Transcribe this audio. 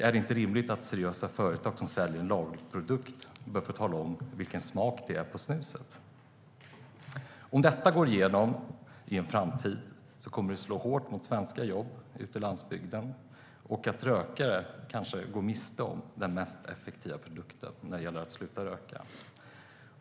Är det inte rimligt att seriösa företag som säljer en laglig produkt får tala om vilken smak det är på snuset? Om detta går igenom i framtiden kommer det att slå hårt mot svenska jobb ute i landsbygden och göra att rökare kanske går miste om den mest effektiva produkten när det gäller att sluta röka.